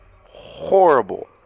horrible